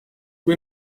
kui